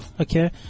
Okay